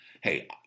Hey